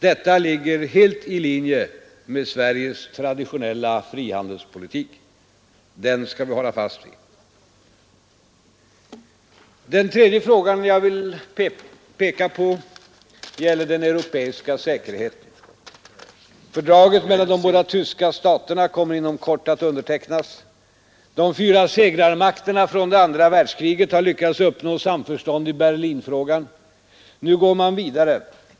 Detta ligger helt i linje med Sveriges traditionella frihandels Politik. Den skall vi hålla fast vid. Den tredje frågan jag här vill peka på gäller den europeiska säkerheten. Fördraget mellan de båda tyska staterna kommer inom kort att undertecknas. De fyra segermakterna från andra världskriget har lyckats uppnå samförstånd i Berlinfrågan. Nu går man vidare.